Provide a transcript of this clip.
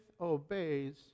obeys